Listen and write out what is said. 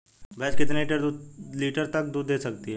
भैंस कितने लीटर तक दूध दे सकती है?